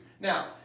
Now